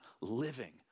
living